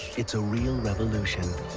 it's a real revoluon.